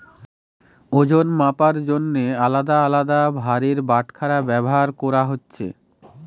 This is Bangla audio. ওজন মাপার জন্যে আলদা আলদা ভারের বাটখারা ব্যাভার কোরা হচ্ছে